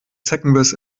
zeckenbiss